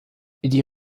die